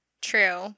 true